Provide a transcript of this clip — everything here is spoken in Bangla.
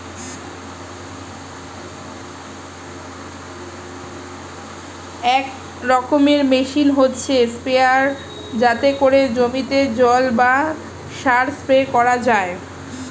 এক রকমের মেশিন হচ্ছে স্প্রেয়ার যাতে করে জমিতে জল বা সার স্প্রে করা যায়